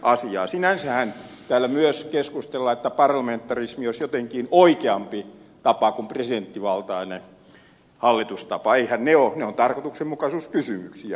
sinänsähän täällä myös keskustellaan että parlamentarismi olisi jotenkin oikeampi tapa kuin presidenttivaltainen hallitustapa mutta nehän ovat tarkoituksenmukaisuuskysymyksiä